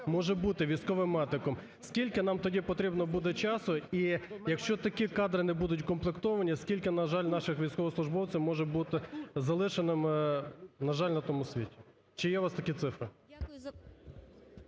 може бути військовим медиком. Скільки нам тоді потрібно буде часу? І якщо такі кадри не будуть укомплектовані, скільки, на жаль, наших військовослужбовців може бути залишеними, на жаль, на тому світі? Чи є у вас такі цифри?